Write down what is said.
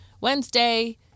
Wednesday